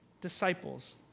disciples